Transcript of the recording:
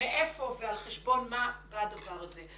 מהיכן ועל חשבון מה בא הדבר הזה.